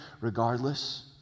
regardless